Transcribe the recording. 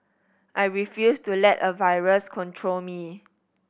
I refused to let a virus control me